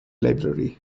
library